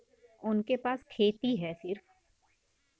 उनके पास खेती हैं सिर्फ